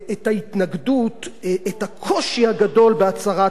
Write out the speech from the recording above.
את הקושי הגדול בהצעת החוק הזאת.